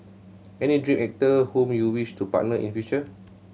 any dream actor whom you wish to partner in future